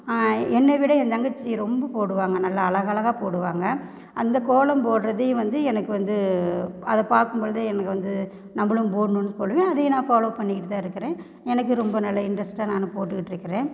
என்னை விட என் தங்கச்சி ரொம்ப போடுவாங்க நல்லா அழகளகா போடுவாங்க அந்த கோலம் போடுறதையும் வந்து எனக்கு வந்து அதை பார்க்கும்பொழுது எனக்கு வந்து நம்பளும் போடணும்னு போடுவேன் அதையும் நான் ஃபாலோ பண்ணிக்கிட்டு தான் இருக்கிறேன் எனக்கு ரொம்ப நல்ல இன்ட்ரெஸ்ட்டாக நான் போட்டுட்டிருக்குறேன்